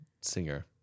singer